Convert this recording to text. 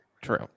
true